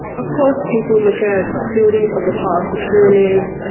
of course people look at buildings of the past, the pyramids,